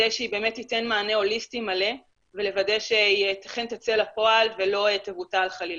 שאכן תיתן מענה הוליסטי מלא ושאכן תצא לפועל ולא תבוטל חלילה.